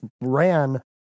ran